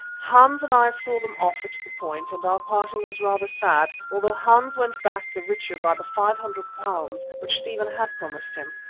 hans and i saw them off at the point and our parting was rather sad, although hans went back the richer by the five hundred pounds which stephen had promised him.